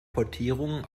portierungen